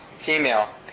female